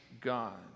God